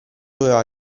aveva